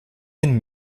den